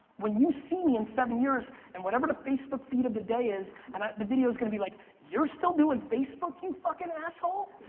when you see me in seven years and whatever the facebook feed of the day is, and ah the video's gonna be like, you're still doing facebook, you fucking asshole?